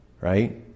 Right